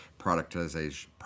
productization